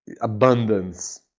abundance